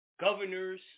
governors